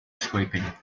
scraping